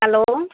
hello